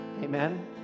amen